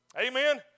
Amen